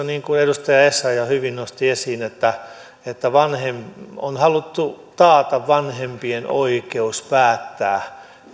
niin kuin edustaja essayah hyvin nosti esiin että että on haluttu taata vanhempien oikeus päättää